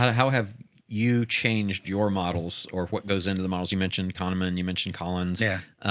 how, how have you changed your models or what goes into the models? you mentioned conaman and you mentioned collins. yeah.